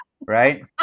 Right